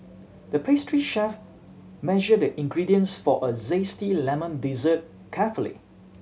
the pastry chef measured the ingredients for a zesty lemon dessert carefully